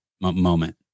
moment